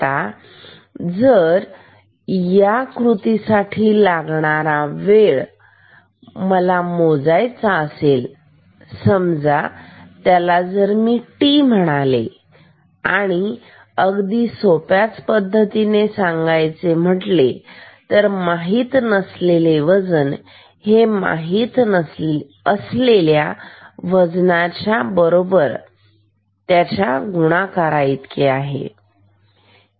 आता जर या कृती साठी लागणारा वेळ मोजायचा असेल समजा आपण त्याला टी म्हणालो तर आपण अगदी सोप्या पद्धतीने सांगू शकतो की माहित नसलेले वजन हे माहित असलेल्या वजना चे वेळे बरोबर च्या गुणाकाराचे इतके आहे